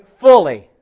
fully